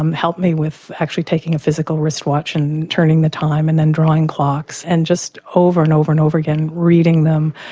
um help me with actually taking a physical wrist watch and turning the time and then drawing clocks and then just over and over and over again reading them,